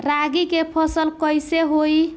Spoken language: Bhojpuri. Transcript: रागी के फसल कईसे होई?